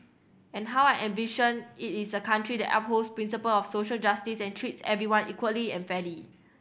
and how I envision it is a country that upholds principle of social justice and treats everyone equally and fairly